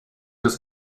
des